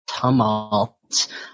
tumult